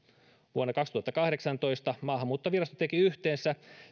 vuonna kaksituhattakahdeksantoista maahanmuuttovirasto teki yhteensä